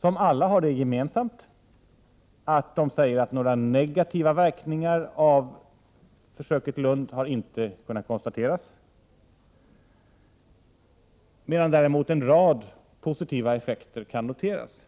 Alla har det gemensamt att det i dem sägs att några negativa verkningar av försöket i Lund inte har kunnat konstateras, medan däremot en rad positiva effekter har kunnat noterats.